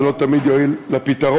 זה לא תמיד יועיל לפתרון.